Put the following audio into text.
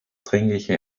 dringliche